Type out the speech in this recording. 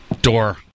door